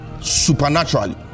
supernaturally